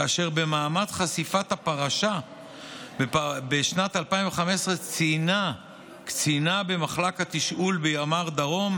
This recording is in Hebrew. ובמעמד חשיפת הפרשה בשנת 2015 ציינה קצינה במחלק התשאול בימ"ר דרום